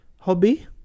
Hobby